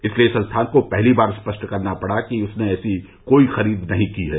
इसलिए संस्थान को पहली बार स्पष्ट करना पड़ा कि उसने ऐसी कोई खरीद नहीं की है